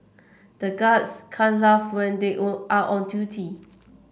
the guards can't laugh when they are on duty